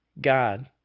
God